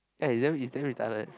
eh its damn its damn retarded